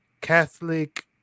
Catholic